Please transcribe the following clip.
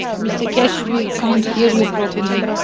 mr keshe we can't hear you properly.